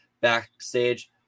backstage